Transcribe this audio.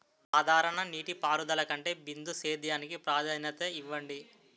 సాధారణ నీటిపారుదల కంటే బిందు సేద్యానికి ప్రాధాన్యత ఇవ్వండి